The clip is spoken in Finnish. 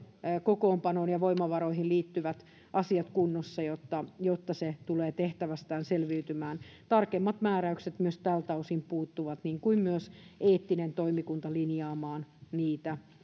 kokoonpanoon ja voimavaroihin liittyvät asiat kunnossa että se tulee tehtävästään selviytymään tarkemmat määräykset myös tältä osin puuttuvat niin kuin myös eettinen toimikunta linjaamaan niitä